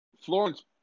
Florence